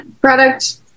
product